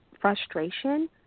frustration